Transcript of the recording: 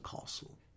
Castle